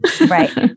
Right